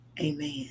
amen